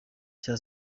cya